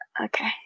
Okay